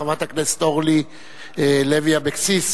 חברת הכנסת אורלי לוי אבקסיס,